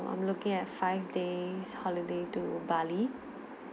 I'm looking at five days holiday to bali